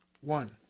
One